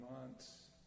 months